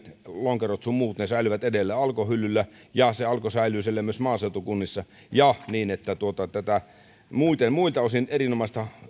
lonkerot sun muut säilyvät edelleen alkon hyllyllä ja alko säilyy myös maaseutukunnissa ja että tätä muilta osin erinomaista